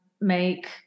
make